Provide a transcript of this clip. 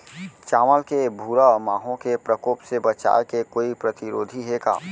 चांवल के भूरा माहो के प्रकोप से बचाये के कोई प्रतिरोधी हे का?